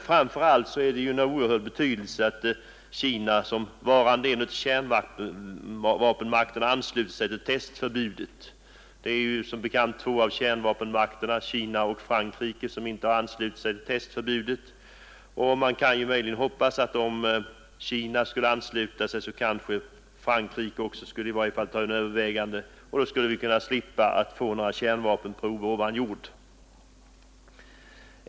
Framför allt är det av oerhörd betydelse att Kina såsom varande en av kärnvapenmakterna ansluter sig till testförbudet. Två av kärnvapenmakterna — Kina och Frankrike — har som bekant inte anslutit sig till testförbudet, och man kan möjligen hoppas att om Kina skulle ansluta sig så kanske Frankrike också tar frågan under övervägande, och då skulle vi kunna slippa få några nya kärnvapenprov ovan jord.